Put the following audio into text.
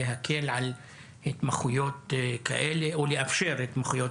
להקל על התמחויות כאלה או לאפשר התמחויות